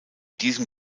diesem